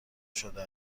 شده